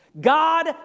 God